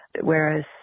Whereas